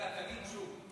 רגע, תגיד שוב.